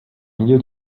milieu